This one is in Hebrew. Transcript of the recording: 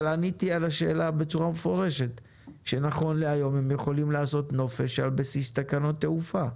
נכון להיום הם יכולים לעשות נופש על בסיס תקנות תעופה.